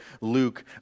Luke